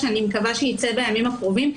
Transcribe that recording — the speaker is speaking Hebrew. ואני מקווה שהוא יצא בימים הקרובים,